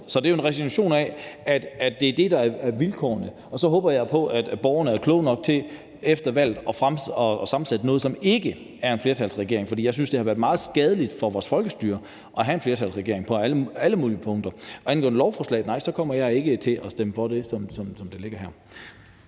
Så det er jo en resignation over for, at det er det, der er vilkårene, og så håber jeg på, at borgerne er kloge nok til efter valget at sammensætte noget, som ikke er en flertalsregering. For jeg synes, det på alle mulige punkter har været meget skadeligt for vores folkestyre at have en flertalsregering. Hvad angår lovforslaget, kommer jeg ikke til at stemme for det, som det ligger her.